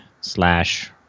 slash